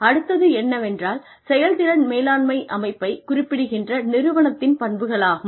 அடுத்தது என்னவென்றால் செயல்திறன் மேலாண்மை அமைப்பைக் குறிப்பிடுகின்ற நிறுவனத்தின் பண்புகளாகும்